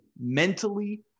mentally